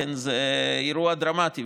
זה אירוע דרמטי,